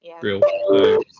Real